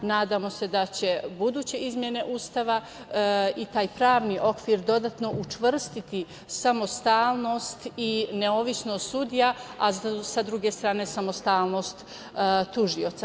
Nadamo se da će buduće izmene Ustava i taj pravni okvir dodatno učvrstiti, samostalnost i nezavisnost sudija, a sa druge strane samostalnost tužioca.